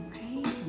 right